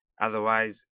otherwise